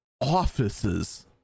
offices